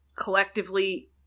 collectively